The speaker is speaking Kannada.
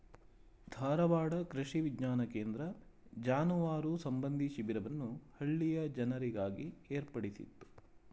ಧಾರವಾಡ ಕೃಷಿ ವಿಜ್ಞಾನ ಕೇಂದ್ರ ಜಾನುವಾರು ಸಂಬಂಧಿ ಶಿಬಿರವನ್ನು ಹಳ್ಳಿಯ ಜನರಿಗಾಗಿ ಏರ್ಪಡಿಸಿತ್ತು